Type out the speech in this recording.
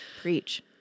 Preach